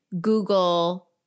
Google